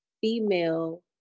female